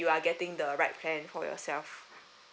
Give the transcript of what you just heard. you are getting the right plan for yourself